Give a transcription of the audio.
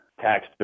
tax